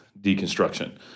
deconstruction